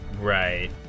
Right